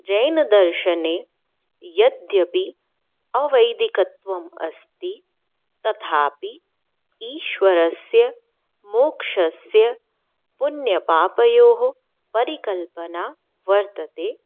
जैनदर्शने यद्यपि अवैदिकत्वमस्ति तथापि ईश्वरस्य मोक्षस्य पुण्यपापयोः परिकल्पना वर्तते